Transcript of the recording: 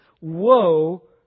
Woe